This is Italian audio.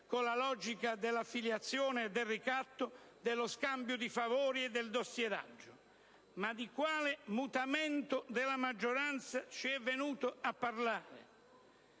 con la logica della affiliazione e del ricatto, dello scambio di favori e del dossieraggio. Ma di quale mutamento della maggioranza ci è venuto a parlare?